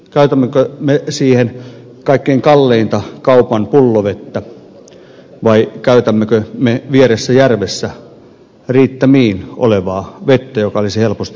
käytämmekö me siihen kaikkein kalleinta kaupan pullovettä vai käytämmekö me vieressä järvessä riittämiin olevaa vettä joka olisi helposti saatavilla